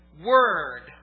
word